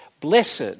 blessed